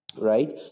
right